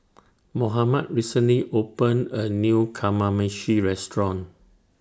Mohammed recently opened A New Kamameshi Restaurant